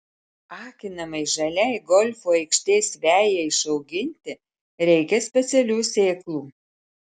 akinamai žaliai golfo aikštės vejai išauginti reikia specialių sėklų